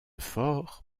fort